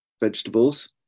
vegetables